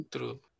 True